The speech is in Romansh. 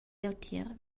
leutier